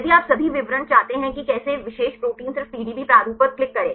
यदि आप सभी विवरण चाहते हैं कि कैसे विशेष प्रोटीन सिर्फ पीडीबी प्रारूप पर क्लिक करें